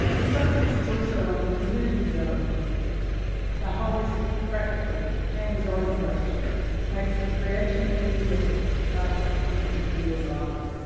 the process is also one of community development a holistic, practical hands-on approach makes the creation and reading of books part of people's real lives.